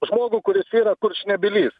žmogų kuris yra kurčnebylis